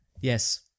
Yes